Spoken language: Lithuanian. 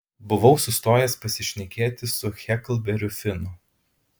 buvau sustojęs pasišnekėti su heklberiu finu